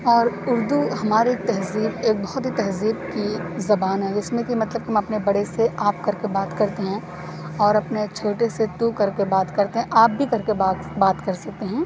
اور اردو ہماری تہذیب ایک بہت ہی تہذیب کی زبان ہے جس میں کہ مطلب ہم اپنے بڑے سے آپ کر کے بات کرتے ہیں اور اپنے چھوٹے سے تو کر کے بات کرتے ہیں آپ بھی کر کے بات بات کر سکتے ہیں